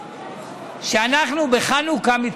היות שבשבוע הבא